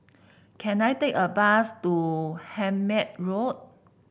can I take a bus to Hemmant Road